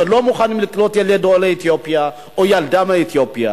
שלא מוכנים לקלוט ילד עולה מאתיופיה או ילדה מאתיופיה.